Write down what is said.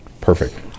Perfect